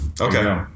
Okay